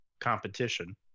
competition